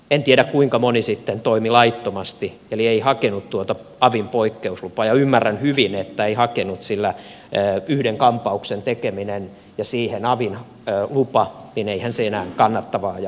en tiedä kuinka moni sitten toimi laittomasti eli ei hakenut tuota avin poikkeuslupaa ja ymmärrän hyvin että ei hakenut sillä yhden kampauksen tekeminen ja siihen avin lupa niin eihän se enää kannattavaa ja järkevää ole